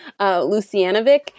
Lucianovic